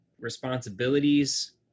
responsibilities